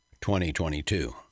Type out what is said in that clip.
2022